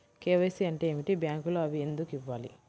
KYC అంటే ఏమిటి? బ్యాంకులో అవి ఎందుకు ఇవ్వాలి?